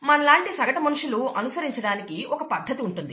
మనలాంటి సగటు మనుషులు అనుసరించడానికి ఒక పద్ధతి ఉంటుంది